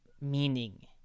meaning